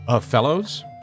Fellows